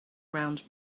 round